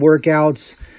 workouts